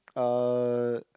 uh